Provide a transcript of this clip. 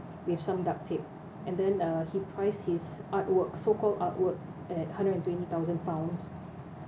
with some duct tape and then uh he priced his artwork so called artwork at hundred and twenty thousand pounds